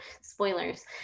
spoilers